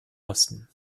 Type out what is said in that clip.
osten